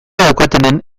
daukatenen